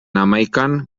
hamaikan